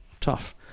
tough